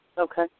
Okay